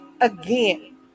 again